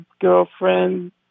girlfriend